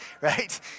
right